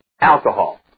alcohol